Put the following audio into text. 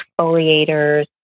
exfoliators